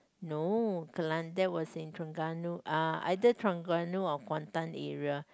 no Kelan that was in Terengganu uh either Terengganu or Kuantan area